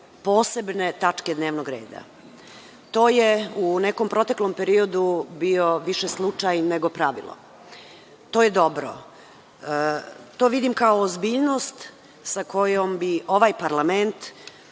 posebne tačke dnevnog reda. To je u nekom proteklom periodu bio više slučaj nego pravilo. To je dobro. To vidim kao ozbiljnost sa kojom bi ovaj parlament,